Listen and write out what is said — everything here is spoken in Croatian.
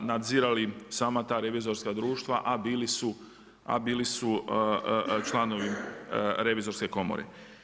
nadzirali sama ta revizorska društva, a bili su članovi Revizorske komore.